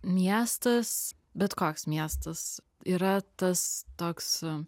miestas bet koks miestas yra tas toks